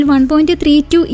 1.32